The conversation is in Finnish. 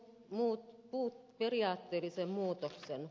muut puut periaatteellisen muutoksen